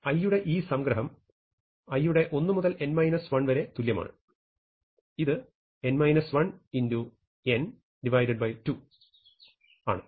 i യുടെ ഈ സംഗ്രഹം i യുടെ 1 മുതൽ n 1 വരെ തുല്യമാണ് ഇത് x n2 ആണ്